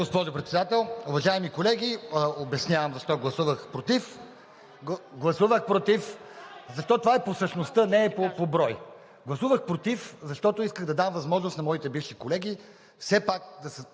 госпожо Председател. Уважаеми колеги, обяснявам защо гласувах против. Гласувах против… (Шум и реплики.) Защото това е по същността, не е по брой. Гласувах против, защото исках да дам възможност на моите бивши колеги все пак да се